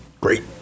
Great